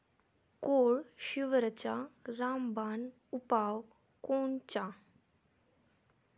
कोळशीवरचा रामबान उपाव कोनचा?